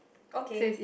okay